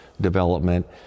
Development